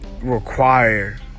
require